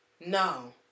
No